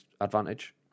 advantage